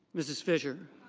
mrs. fisher.